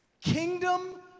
kingdom